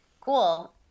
cool